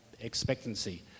expectancy